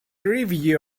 review